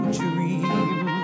dream